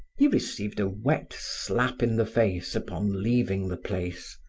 he received a wet slap in the face upon leaving the place.